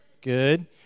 Good